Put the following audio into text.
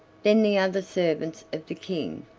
then the other servants of the king,